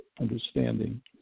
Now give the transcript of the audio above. understanding